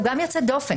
הוא גם יוצא דופן,